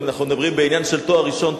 אם אנחנו מדברים בעניין של תואר ראשון,